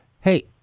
hey